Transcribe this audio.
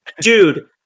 dude